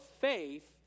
faith